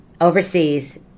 overseas